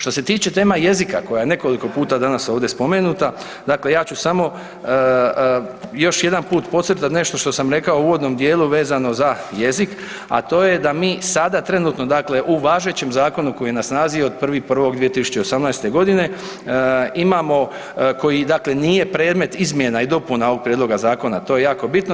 Što se tiče tema jezika koja je nekoliko puta danas ovdje spomenuta dakle ja ću samo još jedan put podcrtati nešto što sam rekao u uvodnom dijelu vezano za jezik, a to je da mi sada trenutno dakle u važećem zakonu koji je na snazi od 1.1.2018. godine imamo koji dakle nije predmet izmjena i dopuna ovoga Prijedloga zakona to je jako bitno.